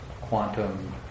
quantum